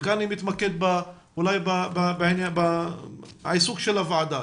וכאן אני מתמקד אולי בעיסוק של הוועדה.